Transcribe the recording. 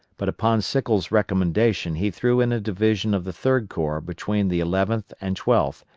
but upon sickles' recommendation he threw in a division of the third corps between the eleventh and twelfth,